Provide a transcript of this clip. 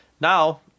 Now